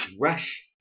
rush